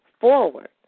forward